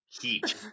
Heat